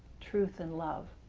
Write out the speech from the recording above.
truth and love.